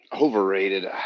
Overrated